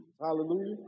Hallelujah